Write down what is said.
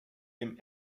dem